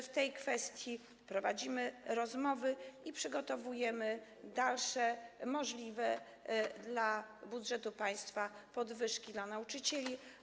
W tej kwestii prowadzimy rozmowy i przygotowujemy dalsze możliwe dla budżetu państwa podwyżki dla nauczycieli.